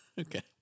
Okay